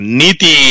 niti